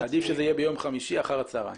עדיף שזה יהיה ביום חמישי אחר הצוהריים,